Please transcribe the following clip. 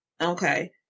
Okay